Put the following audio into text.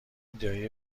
دایی